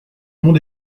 mon